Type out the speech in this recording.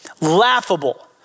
laughable